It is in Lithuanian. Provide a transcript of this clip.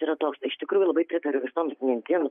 yra toks iš tikrųjų labai pritariu visoms mintims